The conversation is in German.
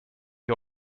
ihr